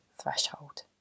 threshold